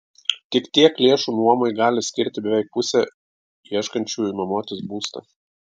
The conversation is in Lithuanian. tik tiek lėšų nuomai gali skirti beveik pusė ieškančiųjų nuomotis būstą